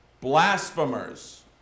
blasphemers